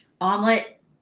omelet